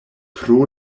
pro